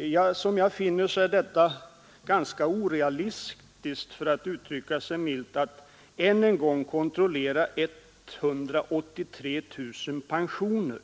Jag finner det ganska orealistiskt — för att uttrycka mig milt, att än en gång kontrollera ca 183 000 pensioner.